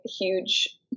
huge